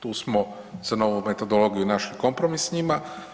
Tu smo za novu metodologiju našli kompromis sa njima.